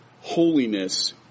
Holiness